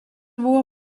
buvo